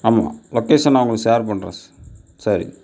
ஆமாம் லொக்கேசன் நான் உங்களுக்கு சேர் பண்ணுறேன் சரி